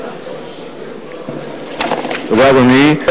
תודה, אדוני.